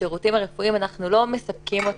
השירותים הרפואיים אנחנו לא מספקים.